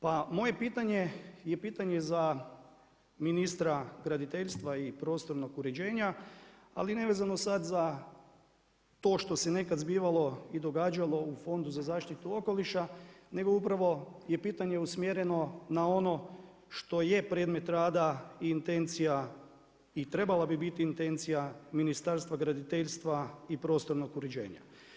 Pa moje pitanje je pitanje za ministra graditeljstva i prostornog uređenja, ali nevezano sad za to što se nekad zbivalo i događalo u Fondu za zaštitu okoliša, nego upravo je pitanje usmjereno na ono što je predmet rada i intencija i trebala bi biti intencija Ministarstva graditeljstva i prostornog uređenja.